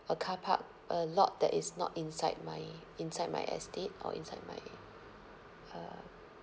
a car park a lot that is not inside my inside my estate or inside my uh